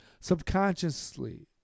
subconsciously